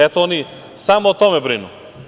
Eto, oni samo o tome brinu.